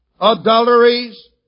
adulteries